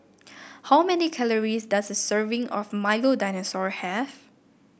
how many calories does a serving of Milo Dinosaur have